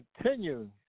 continue